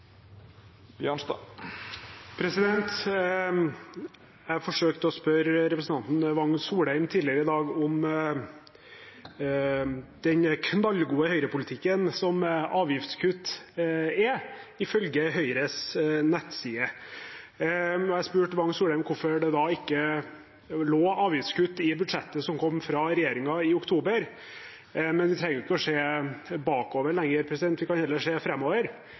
spørre representanten Wang Soleim tidligere i dag om den «knallgode» Høyre-politikken som avgiftskutt er, ifølge Høyres nettside, og jeg spurte Wang Soleim hvorfor det da ikke lå avgiftskutt i budsjettet som kom fra regjeringen i oktober. Men vi trenger jo ikke å se bakover lenger, vi kan heller se